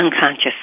unconscious